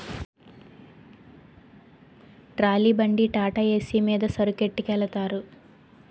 trolley బండి టాటాఏసి మీద సరుకొట్టికెలతారు